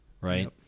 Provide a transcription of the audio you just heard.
right